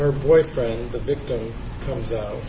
her boyfriend the victim comes